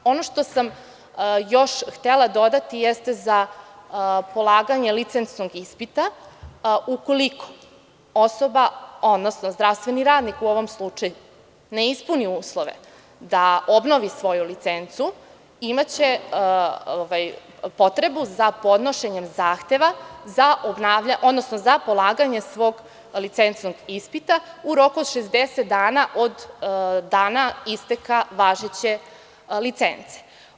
Ono što sam još htela dodati jeste za polaganje licencnog ispita - ukoliko osoba, odnosno zdravstveni radnik, u ovom slučaju, ne ispuni uslove da obnovi svoju licencu, imaće potrebu za podnošenjem zahteva za polaganje svog licencnog ispita u roku od 60 dana od dana isteka važeće licence.